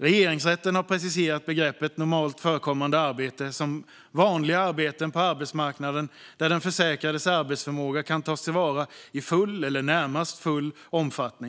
Regeringsrätten har preciserat begreppet normalt förekommande arbete som vanliga arbeten på arbetsmarknaden där den försäkrades arbetsförmåga kan tas till vara i full eller närmast full omfattning.